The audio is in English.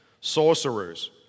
sorcerers